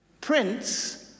Prince